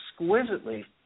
exquisitely